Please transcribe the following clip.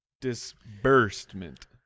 disbursement